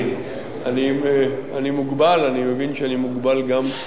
אני מוגבל, אני מבין שאני מוגבל גם,